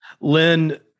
Lynn